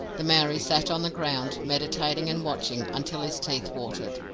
the maori sat on the ground, meditating and watching, until his teeth watered,